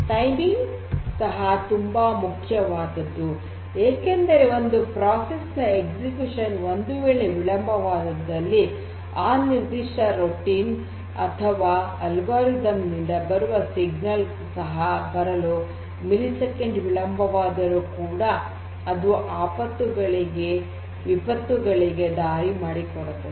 ಸಮಯ ಸಹ ತುಂಬಾ ಮುಖ್ಯವಾದದ್ದು ಏಕೆಂದರೆ ಒಂದು ಪ್ರಕ್ರಿಯೆಯ ಎಸ್ಎಕ್ಯುಷನ್ ಒಂದುವೇಳೆ ವಿಳಂಬವಾದಲ್ಲಿ ಆ ನಿರ್ಧಿಷ್ಟ ರೂಟೀನ್ ಅಥವಾ ಆಲ್ಗೊರಿದಮ್ ನಿಂದ ಬರುವ ಸಿಗ್ನಲ್ ಸಹ ಬರಲು ಮಿಲಿಸೆಕೆಂಡ್ ವಿಳಂಬವಾದರೂ ಕೂಡ ಅದು ವಿಪತ್ತುಗಳಿಗೆ ದಾರಿ ಮಾಡಿ ಕೊಡುತ್ತದೆ